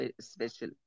special